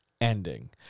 ending